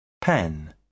pen